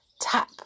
tap